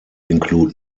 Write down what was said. include